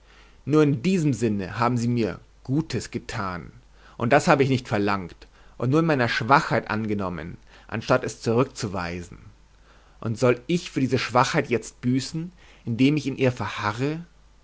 nur in diesem sinne haben sie mir gutes getan und das habe ich nicht verlangt und nur in meiner schwachheit angenommen anstatt es zurückzuweisen und soll ich für diese schwachheit jetzt büßen indem ich in ihr verharre